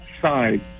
side